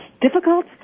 Difficult